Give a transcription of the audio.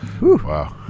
Wow